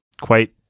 quite-